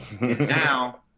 now